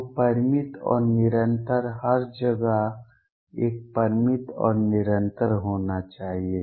तो परिमित और निरंतर हर जगह एक परिमित और निरंतर होना चाहिए